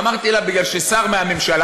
אמרתי לה: בגלל ששר מהממשלה,